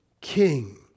king